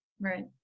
Right